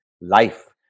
life